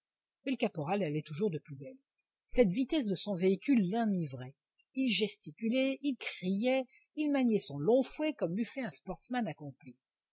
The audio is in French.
mais le caporal allait toujours de plus belle cette vitesse de son véhicule l'enivrait il gesticulait il criait il maniait son long fouet comme eût fait un sportsman accompli